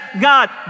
God